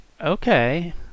Okay